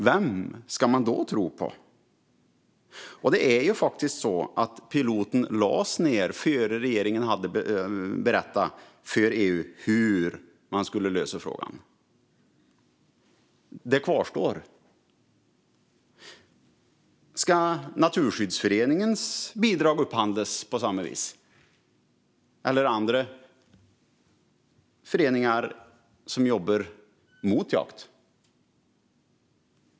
Vem ska man då tro på? Och piloten lades faktiskt ned innan regeringen hade berättat för EU hur man skulle lösa frågan. Det kvarstår. Ska Naturskyddsföreningens bidrag upphandlas på samma vis, eller andra föreningar som jobbar mot jakt?